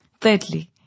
Thirdly